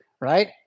right